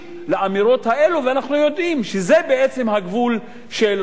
ואנחנו יודעים שזה בעצם הגבול של חופש הביטוי.